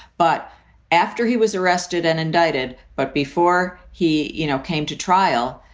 but after he was arrested and indicted, but before he you know came to trial,